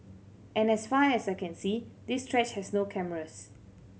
and as far as I can see this stretch has no cameras